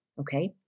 okay